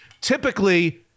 typically